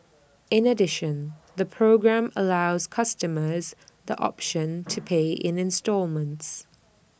in addition the programme allows customers the option to pay in instalments